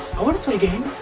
i wanna play games!